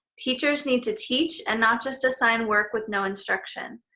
teachers need to teach and not just assign work with no instruction.